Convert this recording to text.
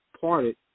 parted